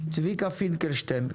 צביקה פינקלשטיין,